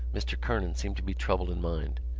mr. kernan seemed to be troubled in mind.